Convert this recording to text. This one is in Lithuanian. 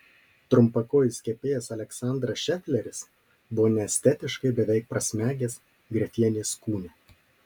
trumpakojis kepėjas aleksandras šefleris buvo neestetiškai beveik prasmegęs grefienės kūne